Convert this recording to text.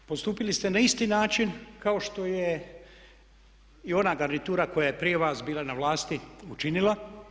Postupili ste na isti način kao što je i ona garnitura koja je prije vas bila na vlasti učinila.